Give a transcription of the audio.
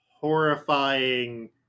horrifying